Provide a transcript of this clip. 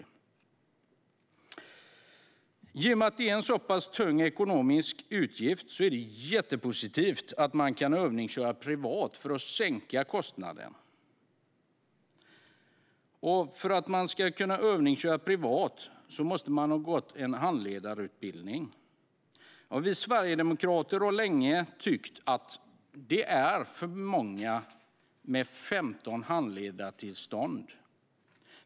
I och med att det är en så pass tung ekonomisk utgift är det jättepositivt att man kan övningsköra privat för att sänka kostnaden. För att man ska kunna övningsköra privat måste man övningsköra med någon som har gått en handledarutbildning. Vi sverigedemokrater har länge tyckt att 15 handledartillstånd är för många.